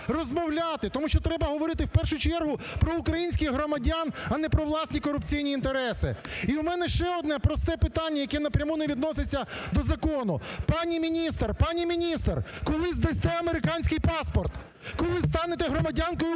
тому що треба говорити, в першу чергу, про українських громадян, а не про власні корупційні інтереси. І в мене ще одне просте питання, яке напряму не відноситься до закону. Пані міністр, пані міністр, коли здасте американський паспорт, коли станете громадянкою України?!